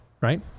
right